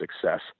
success